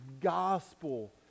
gospel